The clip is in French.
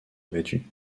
abattu